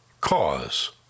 Cause